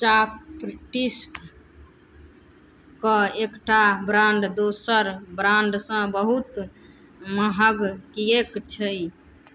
चॉपटीस्क कऽ एकटा ब्रांड दोसर ब्रांडसँ बहुत महग किएक छै